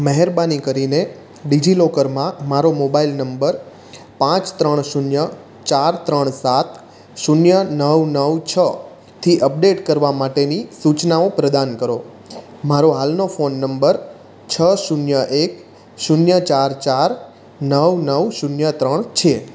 મહેરબાની કરીને ડિજિલોકરમાં મારો મોબાઈલ નંબર પાંચ ત્રણ શૂન્ય ચાર ત્રણ સાત શૂન્ય નવ નવ છથી અપડેટ કરવા માટેની સૂચનાઓ પ્રદાન કરો મારો હાલનો ફોન નંબર છ શૂન્ય એક શૂન્ય ચાર ચાર નવ નવ શૂન્ય ત્રણ છે